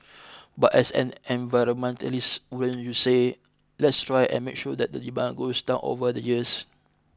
but as an environmentalist wouldn't you say let's try and make sure that the demand goes down over the years